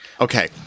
okay